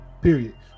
Period